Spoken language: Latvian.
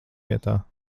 vietā